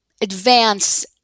advance